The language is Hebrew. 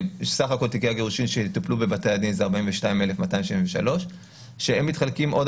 סך כל תיקי הגירושין שטופלו בבתי הדין זה 42,273 כשהם מתחלקים עוד